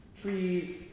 Trees